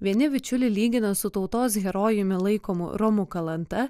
vieni vičiulį lygina su tautos herojumi laikomu romu kalanta